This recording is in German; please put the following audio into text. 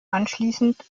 anschließend